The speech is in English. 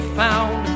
found